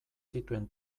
zituen